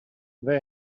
they